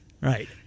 Right